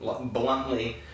Bluntly